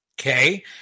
okay